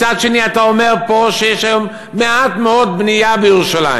מצד שני אתה אומר פה שיש היום מעט מאוד בנייה בירושלים.